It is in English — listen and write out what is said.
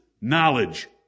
knowledge